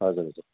हजुर